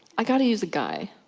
i've gotta use a guy.